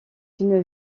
une